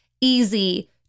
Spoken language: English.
easy